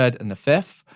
third, and the fifth,